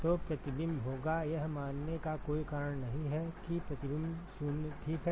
तो प्रतिबिंब होगा यह मानने का कोई कारण नहीं है कि प्रतिबिंब 0 ठीक है